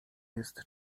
jest